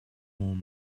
warm